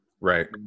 Right